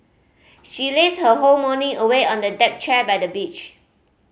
she lazed her whole morning away on a deck chair by the beach